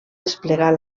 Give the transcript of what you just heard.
desplegar